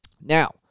Now